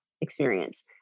experience